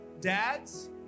Dads